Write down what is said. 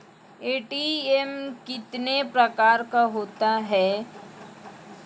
ATM कितने प्रकार का होता हैं?